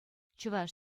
чӑваш